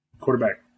quarterback